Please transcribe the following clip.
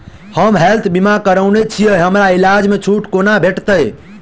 हम हेल्थ बीमा करौने छीयै हमरा इलाज मे छुट कोना भेटतैक?